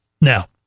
Now